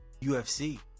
UFC